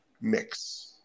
mix